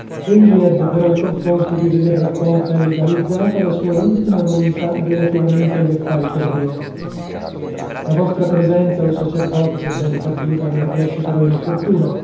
supremo egli ebbe però il conforto di veder raccolta e legalizzata la sua ultima volontà relativamente agli affari terreni la vostra presenza o sacerdote sebbene tardiva non riesce però inopportuna